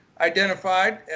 identified